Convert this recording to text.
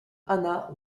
hannah